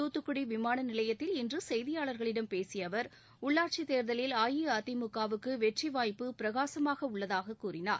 தூத்துக்குடி விமான நிலையத்தில் இன்று செய்தியாளர்களிடம் பேசிய அவர் உள்ளாட்சி தேர்தலில் அஇஅதிமுக வுக்கு வெற்றிவாய்ப்பு பிரகாசமாக உள்ளதாகக் கூறினார்